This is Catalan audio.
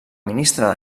ministre